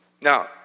Now